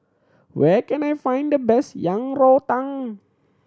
where can I find the best Yang Rou Tang